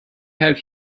have